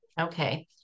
okay